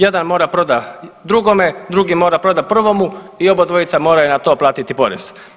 Jedan mora prodat drugome, drugi mora prodat prvomu i obadvojica moraju na to platiti porez.